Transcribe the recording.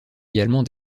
également